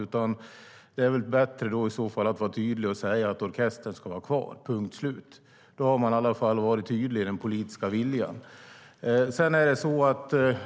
I så fall är det bättre att vara tydlig och säga att orkestern ska vara kvar, punkt slut. Då har man i alla fall varit tydlig i den politiska viljan.